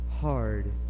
hard